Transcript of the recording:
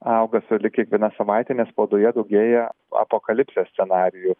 auga sulig kiekviena savaite nes spaudoje daugėja apokalipsės scenarijų